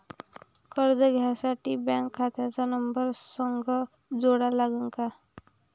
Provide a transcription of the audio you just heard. कर्ज घ्यासाठी बँक खात्याचा नंबर संग जोडा लागन का?